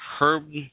herb